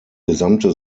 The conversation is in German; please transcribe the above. gesamte